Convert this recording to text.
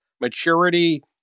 maturity